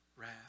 wrath